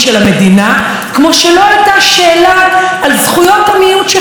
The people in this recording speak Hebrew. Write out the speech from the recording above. כמו שלא הייתה שאלה על זכויות המיעוט שחי כאן.